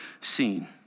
seen